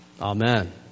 Amen